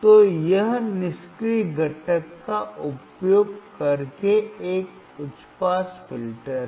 तो यह निष्क्रिय घटक का उपयोग करके एक उच्च पास फिल्टर है